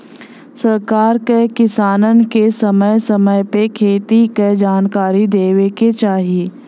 सरकार क किसानन के समय समय पे खेती क जनकारी देवे के चाही